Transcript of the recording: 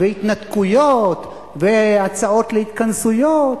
התנתקויות והצעות להתכנסויות.